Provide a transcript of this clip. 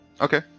Okay